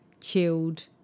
chilled